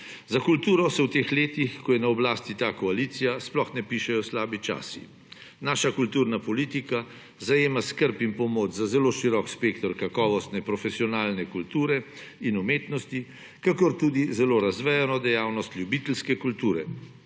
Za kulturo se v teh letih, ko je na oblasti ta koalicija, sploh ne pišejo slabi časa. Naša kulturna politika zajema skrb in pomoč za zelo širok spekter kakovostne, profesionalne kulture in umetnosti, kakor tudi zelo razvejano dejavnost ljubiteljske kulture.